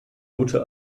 gute